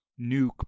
nuke